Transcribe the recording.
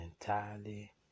entirely